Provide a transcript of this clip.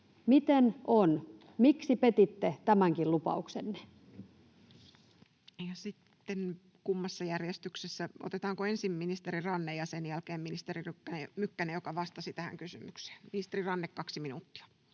Time: 17:10 Content: Ja sitten, kummassa järjestyksessä? Otetaanko ensin ministeri Ranne ja sen jälkeen ministeri Mykkänen, joka vastasi tähän kysymykseen. — Ministeri Ranne, kaksi minuuttia.